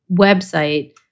website